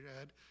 add